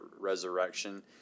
resurrection